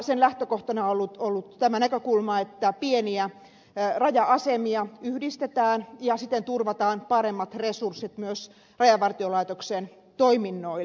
sen lähtökohtana on ollut tämä näkökulma että pieniä raja asemia yhdistetään ja siten turvataan paremmat resurssit myös rajavartiolaitoksen toiminnoille